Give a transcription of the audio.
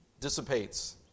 dissipates